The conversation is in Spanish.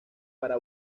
para